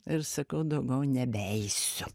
ir sakau daugiau nebeisiu